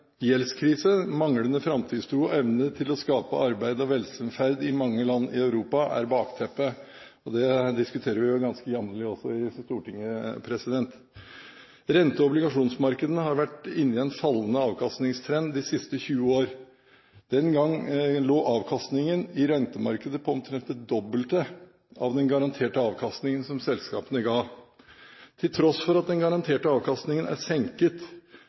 Gjeldskrise, manglende framtidstro og evne til å skape arbeid og velferd i mange land i Europa er bakteppet. Det diskuterer vi ganske jevnlig også i Stortinget. Rente- og obligasjonsmarkedene har vært inne i en fallende avkastningstrend de siste 20 årene. Den gang lå avkastningen i rentemarkedet på omtrent det dobbelte av den garanterte avkastning som selskapene ga. Til tross for at den garanterte avkastningen er senket